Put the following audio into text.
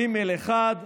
9(ג1).